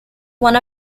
one